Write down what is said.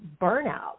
burnout